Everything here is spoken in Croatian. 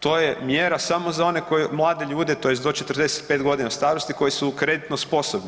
to je mjera samo za one mlade ljude tj. do 45 godina starosti koji su kreditno sposobni.